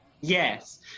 Yes